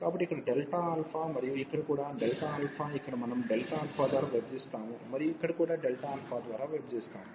కాబట్టి ఇక్కడ Δα మరియు ఇక్కడ కూడా Δα ఇక్కడ మనం Δα ద్వారా విభజిస్తాము మరియు ఇక్కడ కూడా Δα ద్వారా విభజిస్తాము